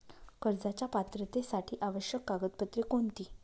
कर्जाच्या पात्रतेसाठी आवश्यक कागदपत्रे कोणती?